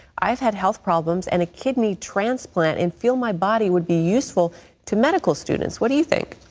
i've had health problems and a kidney transplant and feel my body would be useful to medical students. what do you think?